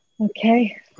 Okay